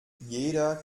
jeder